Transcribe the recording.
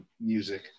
music